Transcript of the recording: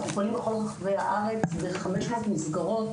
אנחנו פועלים בכל רחבי הארץ ב-500 מסגרות